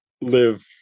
live